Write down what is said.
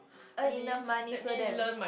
earn enough money so that